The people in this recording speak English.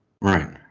Right